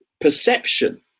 perception